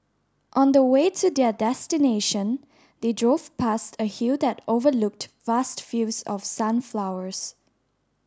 on the way to their destination they drove past a hill that overlooked vast fields of sunflowers